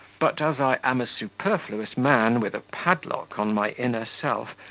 but as i am a superfluous man with a padlock on my inner self,